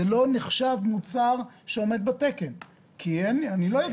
זה לא נחשב מוצר שעומד בתקן כי אני לא יודע